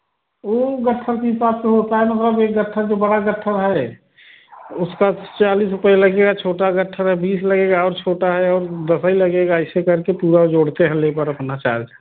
वह गट्ठर के हिसाब से होता है मतलब एक गट्ठर जो बड़ा गट्ठर है उसका चालीस रुपया लगेगा छोटा गट्ठर है बीस लगेगा और छोटा है और दस लगेगा ऐसे करके पूरा जोड़ते हैं लेबर अपना चार्ज